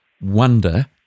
wonder